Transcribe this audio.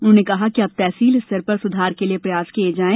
उन्होंने कहा कि अब तहसील स्तर पर सुधार के लिए प्रयास किये जायें